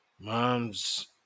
mom's